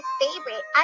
favorite